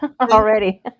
already